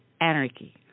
anarchy